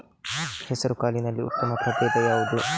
ಹೆಸರುಕಾಳಿನಲ್ಲಿ ಉತ್ತಮ ಪ್ರಭೇಧ ಯಾವುದು?